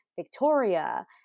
victoria